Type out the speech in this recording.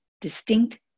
distinct